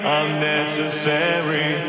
unnecessary